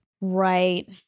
Right